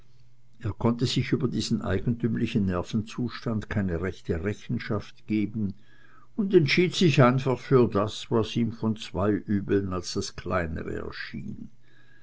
er konnte sich über diesen eigentümlichen nervenzustand keine rechte rechenschaft geben und entschied sich einfach für das was ihm von zwei übeln als das kleinere erschien